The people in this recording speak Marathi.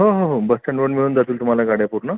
हो हो हो बसस्टँडवर मिळून जातील तुम्हाला गाड्या पूर्ण